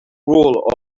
rule